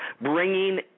bringing